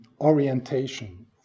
orientation